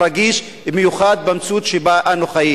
רגיש במיוחד במציאות שבה אנו חיים.